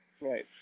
Right